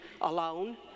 alone